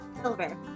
silver